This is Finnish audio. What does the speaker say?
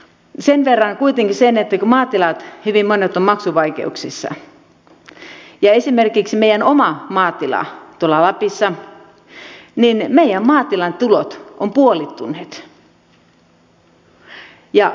sen verran kuitenkin että kun hyvin monet maatilat ovat maksuvaikeuksissa esimerkiksi meidän oma maatilamme tuolla lapissa niin meidän maatilamme tulot ovat puolittuneet